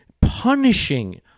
punishing